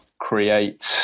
create